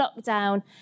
lockdown